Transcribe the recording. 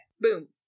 boom